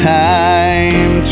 time